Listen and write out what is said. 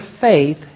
faith